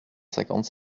cinquante